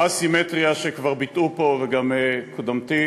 האסימטריה שכבר ביטאו פה, גם קודמתי,